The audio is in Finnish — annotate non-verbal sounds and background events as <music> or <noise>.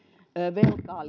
velkaa <unintelligible>